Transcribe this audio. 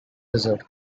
lizard